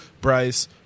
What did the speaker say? Bryce